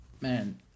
Man